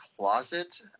closet